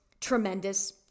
tremendous